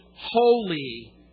holy